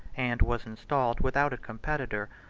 and was installed, without a competitor,